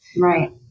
right